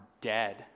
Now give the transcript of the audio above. dead